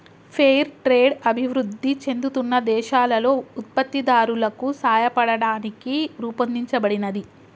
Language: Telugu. ఫెయిర్ ట్రేడ్ అభివృద్ధి చెందుతున్న దేశాలలో ఉత్పత్తిదారులకు సాయపడటానికి రూపొందించబడినది